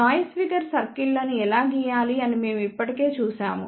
noise figure సర్కిల్లను ఎలా గీయాలి అని మేము ఇప్పటికే చూశాము